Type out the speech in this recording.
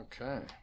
Okay